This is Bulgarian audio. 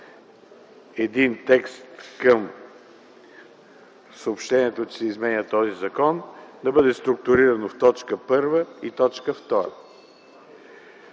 един текст към съобщението, че се изменя този закон, да бъде структурирано в т. 1 и т. 2.